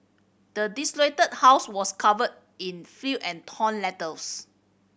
the desolated house was covered in filth and torn letters